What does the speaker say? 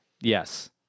Yes